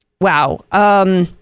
Wow